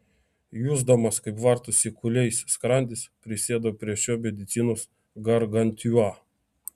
jusdamas kaip vartosi kūliais skrandis prisėdau prie šio medicinos gargantiua